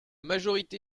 majorité